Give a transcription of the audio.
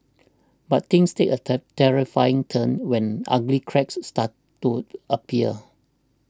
but things a take terrifying turn when ugly cracks started to appear